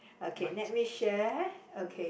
okay let me share okay